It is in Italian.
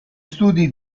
studi